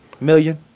million